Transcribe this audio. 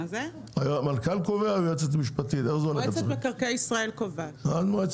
איך זה הולך אצלכם?